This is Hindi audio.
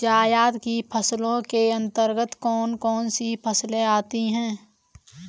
जायद की फसलों के अंतर्गत कौन कौन सी फसलें आती हैं?